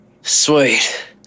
sweet